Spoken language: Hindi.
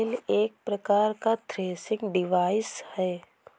फ्लेल एक प्रकार का थ्रेसिंग डिवाइस है